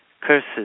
curses